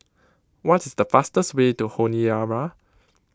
what is the fastest way to Honiara